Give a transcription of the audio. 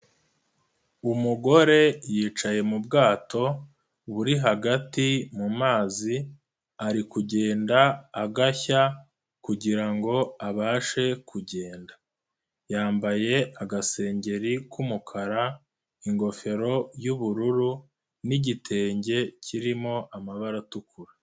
Umugore yicaye mu bwato buri hagati mu mazi ari kugenda agashya kugira ngo abashe kugenda, yambaye agasengeri k'umukara, ingofero y'ubururu n'igitenge kirimo amabara atukura.